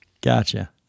Gotcha